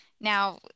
Now